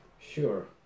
Sure